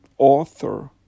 author